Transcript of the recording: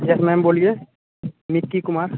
yes ma'am बोलिए निक्की कुमार